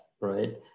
right